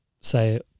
say